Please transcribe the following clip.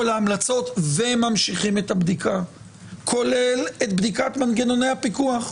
ההמלצות וממשיכים את הבדיקה כולל את בדיקת מנגנוני הפיקוח.